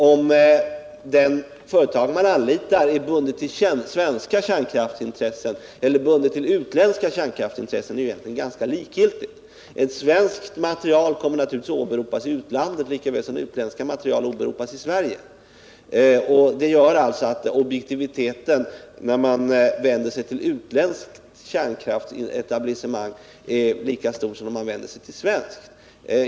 Om det företag man anlitar är bundet till svenska eller utländska kärnkraftsintressen är egentligen ganska likgiltigt. Ett svenskt material kommer naturligtvis att åberopas i utlandet lika väl som ett utländskt material åberopas i Sverige. Detta gör att objektiviteten när man vänder sig till ett utländskt kärnkraftsetablissement är lika stor som när man vänder sig till ett svenskt.